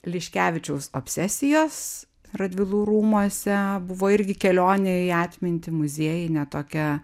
liškevičiaus obsesijos radvilų rūmuose buvo irgi kelionė į atmintį muziejai ne tokia